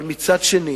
אבל מצד שני,